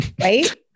right